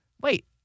wait